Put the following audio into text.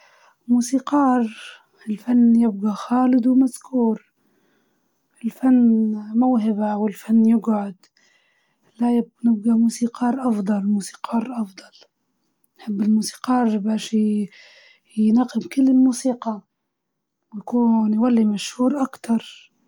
موسيقار، لإنه نحب الأغاني والموسيقى، و ال والفن يجعد دائم، ونجدرو من خلال الفن نوصلو مشاعر الناس بكلماتنا، وأصواتنا، وألحاننا.